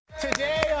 Today